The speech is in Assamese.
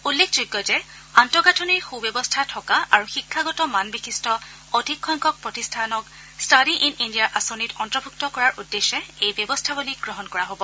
উল্লেখযোগ্য যে আন্তঃগাঁথনিৰ সু ব্যৱস্থা থকা আৰু শিক্ষাগত মানবিশিষ্ট অধিক সংখ্যক প্ৰতিষ্ঠানক ষ্টাডী ইন্ ইণ্ডিয়া আঁচনিত অন্তৰ্ভূক্ত কৰাৰ উদ্দেশ্যে এই ব্যৱস্থাৱলী গ্ৰহণ কৰা হব